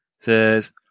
says